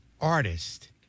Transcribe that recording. artist